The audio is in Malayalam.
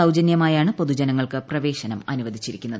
സൌജന്യമായാണ് പൊതുജനങ്ങൾക്ക് പ്രവേശനം അനുവദിച്ചിരിക്കുന്നത്